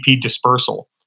dispersal